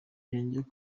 yongeyeho